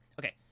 okay